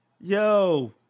Yo